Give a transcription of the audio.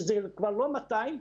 זה לא 200,